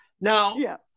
Now